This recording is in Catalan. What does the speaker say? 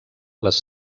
les